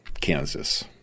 Kansas